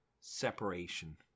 Separation